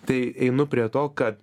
tai einu prie to kad